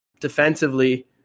defensively